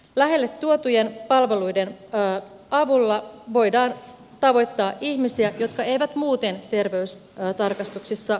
lähelle tuotujen palveluiden avulla voidaan tavoittaa ihmisiä jotka eivät muuten terveystarkastuksissa kävisi